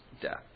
death